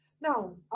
Now